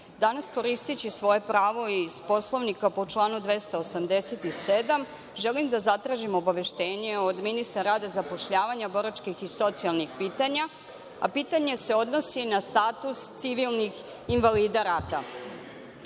danas, koristeći svoje pravo iz Poslovnika po članu 287, želim da zatražim obaveštenje od ministra rada, zapošljavanja, boračkih i socijalnih pitanja, a pitanje se odnosi na status civilnih invalida